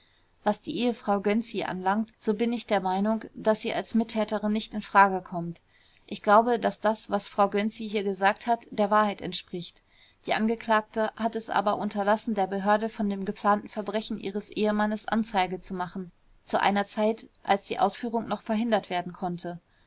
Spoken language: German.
was die ehefrau gönczi anlangt so bin ich der meinung daß sie als mittäterin nicht in frage kommt ich glaube daß das was frau gönczi hier gesagt hat der wahrheit entspricht die angeklagte hat es aber unterlassen der behörde von dem geplanten verbrechen ihres ehemannes anzeige zu machen zu einer zeit als die ausführung noch verhindert werden konnte